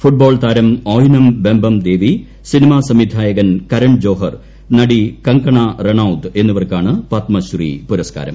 football പ്രതാരം Oinam Bembem Devi cinema സംവിധായകൻ കരൺ ജോഹർ നടി കങ്കണ റണൌത് എന്നിവർക്കാണ് പത്മശ്രീ പുരസ്കാരം